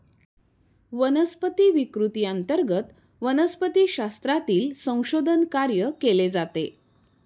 वनस्पती विकृती अंतर्गत वनस्पतिशास्त्रातील संशोधन कार्य केले जाते